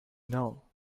know